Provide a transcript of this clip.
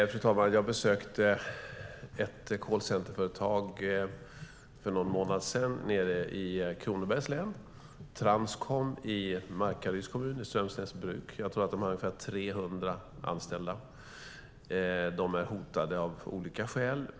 Fru talman! Jag besökte ett callcenterföretag nere i Kronobergs län för någon månad sedan. Det var Transcom i Strömsnäsbruk i Markaryds kommun. Jag tror att de har ungefär 300 anställda. Företaget är hotat av olika skäl.